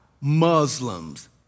Muslims